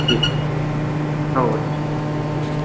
ठीक हो ठीक